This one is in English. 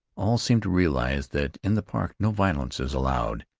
all seem to realize that in the park no violence is allowed,